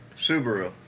Subaru